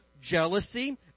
jealousy